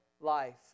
life